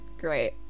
great